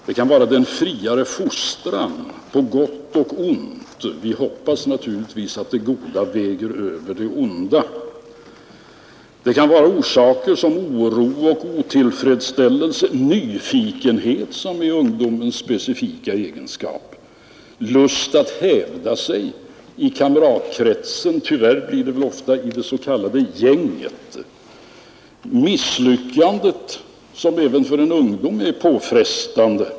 Det kan vara den friare fostran på gott och ont — vi hoppas naturligtvis att det goda väger över det onda. Det kan vara oro och otillfredsställelse eller nyfikenhet, som är ungdomens specifika egenskap. Det kan vara lust att hävda sig i kamratkretsen — tyvärr blir det väl ofta i det s.k. gänget. Det kan vara misslyckanden, som är påfrestande även för en ung människa.